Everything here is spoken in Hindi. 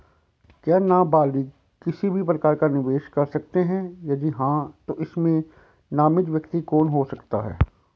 क्या नबालिग किसी भी प्रकार का निवेश कर सकते हैं यदि हाँ तो इसमें नामित व्यक्ति कौन हो सकता हैं?